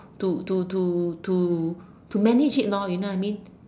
to to to to to manage it lor you know what I mean